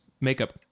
makeup